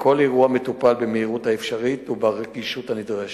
וכל אירוע מטופל במהירות האפשרית וברגישות הנדרשת.